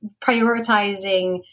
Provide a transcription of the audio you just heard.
prioritizing